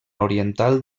oriental